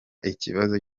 ikibazo